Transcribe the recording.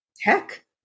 heck